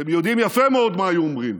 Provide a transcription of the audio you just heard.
אתם יודעים יפה מאוד מה היו אומרים,